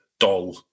Doll